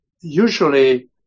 usually